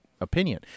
opinion